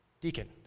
deacon